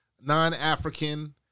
non-African